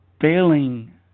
bailing